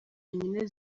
yonyine